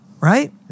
right